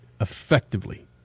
effectively